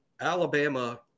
Alabama